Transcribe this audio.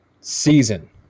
season